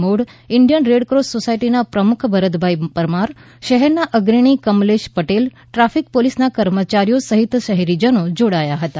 મોઢ Indian red cross સોસાયટીના પ્રમુખ ભરતભાઇ પરમાર શહેરના અગ્રણી કમલેશ પટેલ ટ્રાફિક પોલિસના કર્મચારીઓ સહિત શહેરીજનો જોડાયા હતા